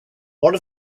one